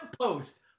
post